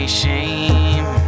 shame